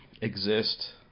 exist